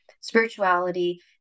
spirituality